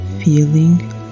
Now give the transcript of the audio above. feeling